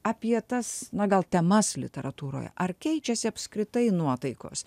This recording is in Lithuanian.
apie tas na gal temas literatūroje ar keičiasi apskritai nuotaikos